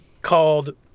called